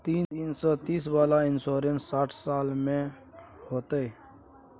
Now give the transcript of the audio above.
तीन सौ तीस वाला इन्सुरेंस साठ साल में होतै?